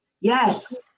yes